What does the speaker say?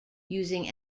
using